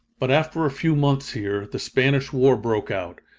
but after a few months here, the spanish war broke out.